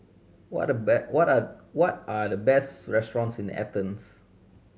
what the what are what are the best restaurants in Athens